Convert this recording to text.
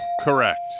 Correct